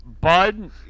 Bud